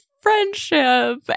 friendship